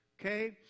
okay